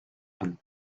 and